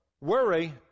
worry